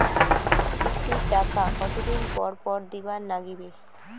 কিস্তির টাকা কতোদিন পর পর দিবার নাগিবে?